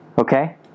okay